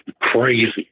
crazy